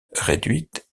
réduites